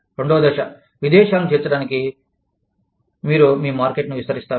రెండవ దశ విదేశాలను చేర్చడానికి మీరు మీ మార్కెట్ను విస్తరిస్తారు